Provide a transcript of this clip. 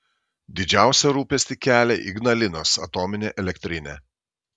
didžiausią rūpestį kelia ignalinos atominė elektrinė